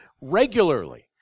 regularly